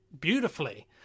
beautifully